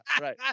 right